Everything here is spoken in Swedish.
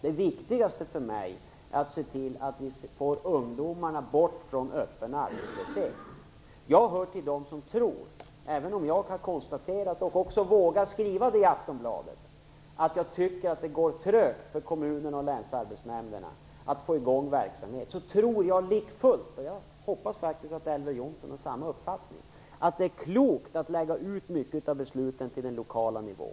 Det viktigaste för mig är att se till att ungdomarna kommer bort från öppen arbetslöshet. Även om jag kan konstatera, och även vågar skriva det i Aftonbladet, att jag tycker att det går trögt för kommunerna och länsarbetsnämnderna att få i gång verksamhet tror jag likafullt att det är klokt att lägga ut mycket av besluten till den lokala nivån. Jag hoppas att Elver Jonsson har samma uppfattning.